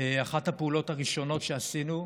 אחת הפעולות הראשונות שעשינו,